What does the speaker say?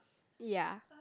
ya